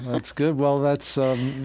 that's good. well, that's, um,